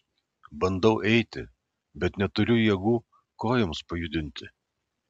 bandau eiti bet neturiu jėgų kojoms pajudinti